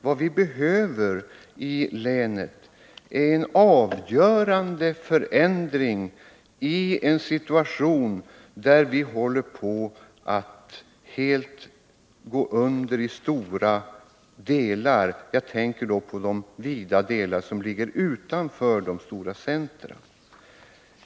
Vad vi behöver i länet är en avgörande förändring i en situation där vi håller på att helt gå under i stora områden; jag tänker då på de vidsträckta delar som ligger utanför de stora centra.